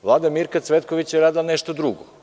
Vlada Mirka Cvetkovića je uradila nešto drugo.